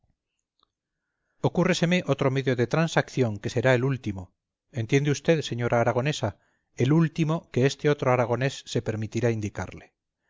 ocúrreseme otro medio de transacción que será el último entiende usted señora aragonesa el último que este otro aragonés se permitirá indicarle